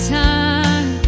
time